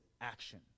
action